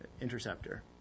interceptor